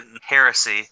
heresy